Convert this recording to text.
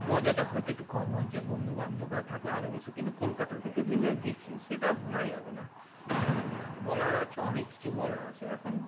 মজাটা হয়তো একটু কম হয়েছে বন্ধুবান্ধবরা থাকলে আরও বেশে কিন্তু কলকাতা থেকে যে যা গেছি সেটা ভোলাই যাবে না বলার আছে অনেক কিছু বলার আছে এখন